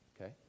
okay